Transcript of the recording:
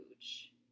huge